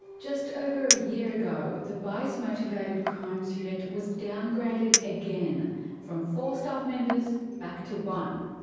just over a year ago, the bias motivated crimes unit was downgraded again from four staff members back to one.